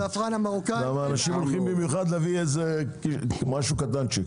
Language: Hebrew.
אנשים הולכים במיוחד להביא משהו קטנצ'יק.